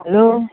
hello